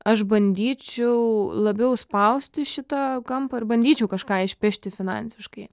aš bandyčiau labiau spausti šitą kampą ir bandyčiau kažką išpešti finansiškai